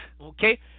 okay